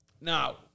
now